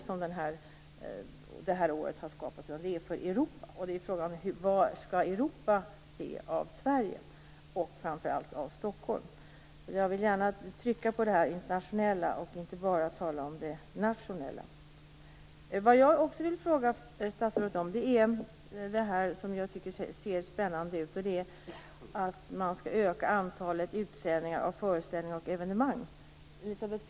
Detta år har inte skapats för Sverige, utan för Europa. Det är frågan om vad Europa skall se av Sverige och framför allt av Stockholm. Jag vill gärna betona det internationella och inte bara tala om det nationella. Jag vill också fråga statsrådet om ökningen av antalet utsändningar av föreställningar och evenemang. Det ser spännande ut.